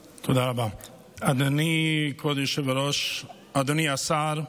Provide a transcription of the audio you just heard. אדוני כבוד היושב-ראש, אדוני השר,